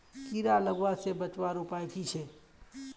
कीड़ा लगवा से बचवार उपाय की छे?